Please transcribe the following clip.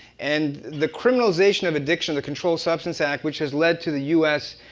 and the criminalization of addiction, the controlled substance act, which has led to the u s.